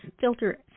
filter